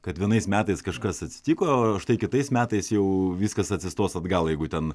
kad vienais metais kažkas atsitiko štai kitais metais jau viskas atsistos atgal jeigu ten